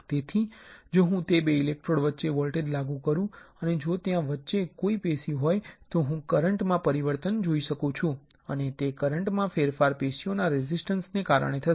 તેથી જો હું તે બે ઇલેક્ટ્રોડ વચ્ચે વોલ્ટેજ લાગુ કરું અને જો ત્યાં વચ્ચે કોઈ પેશી હોય તો હું કરન્ટ માં પરિવર્તન જોઈ શકું છું અને તે કરન્ટ માં ફેરફાર પેશીઓના રેઝિસ્ટન્સ ને કારણે થશે